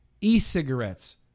E-cigarettes